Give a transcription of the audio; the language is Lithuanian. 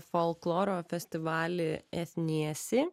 folkloro festivalį esniesi